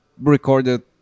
recorded